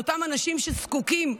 לאותם אנשים שזקוקים,